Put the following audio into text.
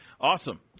Awesome